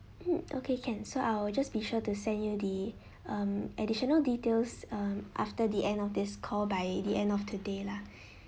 mm okay can so I will just be sure to send you the um additional details um after the end of this call by the end of today lah